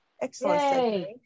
excellent